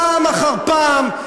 פעם אחר פעם,